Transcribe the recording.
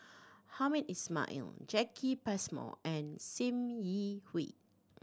Hamed Ismail Jacki Passmore and Sim Yi Hui